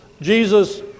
Jesus